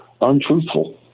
untruthful